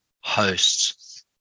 hosts